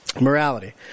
Morality